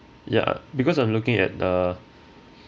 ya because I'm looking at a